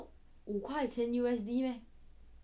不是五块钱 U_S_D meh